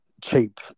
cheap